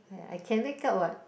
I I can makeup what